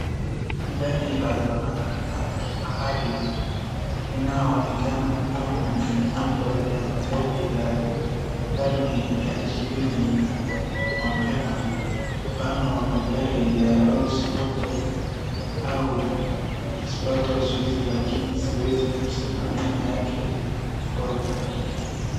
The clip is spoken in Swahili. Gari la zamani la kifahari linaoonekana hua ni moja ya magari ya karne ya ishirini mapema. Mfano wa magari ya RollsRoy au ya Hispato uswizi lakini siezi kusema aina yake kwa uhakika.